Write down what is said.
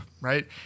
right